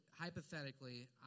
hypothetically